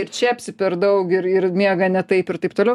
ir čepsi per daug ir ir miega ne taip ir taip toliau